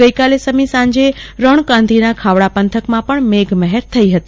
ગઈકાલે સમી સાંજે રણકાંધીના ખાવડા પંથકમાં પણ મેઘમહેર થઈ હતી